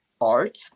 art